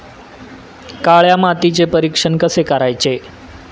काळ्या मातीचे परीक्षण कसे करायचे?